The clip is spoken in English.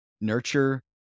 nurture